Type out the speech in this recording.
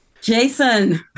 Jason